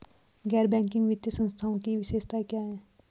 गैर बैंकिंग वित्तीय संस्थानों की विशेषताएं क्या हैं?